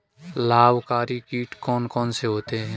लाभकारी कीट कौन कौन से होते हैं?